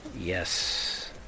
yes